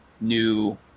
new